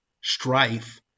strife